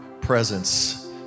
presence